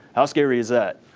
how scary is that?